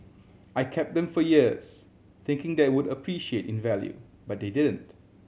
I kept them for years thinking that they would appreciate in value but they didn't